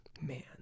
man